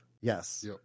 Yes